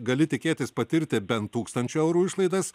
gali tikėtis patirti bent tūkstančio eurų išlaidas